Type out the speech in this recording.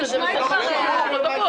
העותרים של חבר הכנסת זוהר והליכוד ידעו,